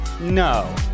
No